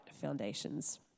foundations